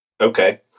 Okay